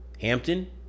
Hampton